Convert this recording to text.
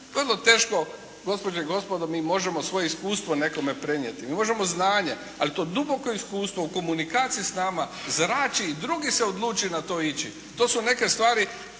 vrlo teško gospođe i gospodo mi možemo svoje iskustvo nekome prenijeti. Mi možemo znanje, ali to duboko iskustvo u komunikaciji s nama zrači i drugi se odluče na to ići. To su neke stvari